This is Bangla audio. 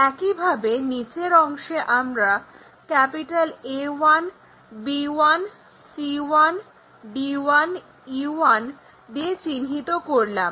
একইভাবে নিচের অংশে আমরা A1 B1 C1 D1 E1 দিয়ে চিহ্নিত করলাম